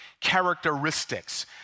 characteristics